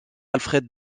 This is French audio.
alfred